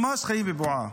ממש חיים בבועה.